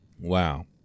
Wow